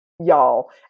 y'all